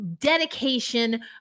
dedication